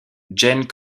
jane